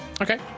Okay